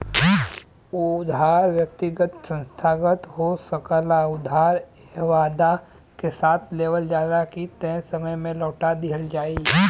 उधार व्यक्तिगत संस्थागत हो सकला उधार एह वादा के साथ लेवल जाला की तय समय में लौटा दिहल जाइ